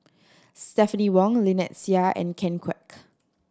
Stephanie Wong Lynnette Seah and Ken Kwek